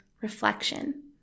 reflection